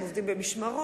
הם עובדים במשמרות,